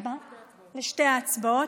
לשתי ההצבעות.